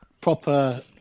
proper